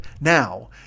now